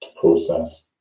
process